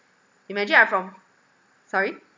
imagine I from sorry